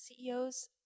ceos